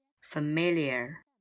familiar